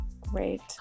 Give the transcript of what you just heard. Great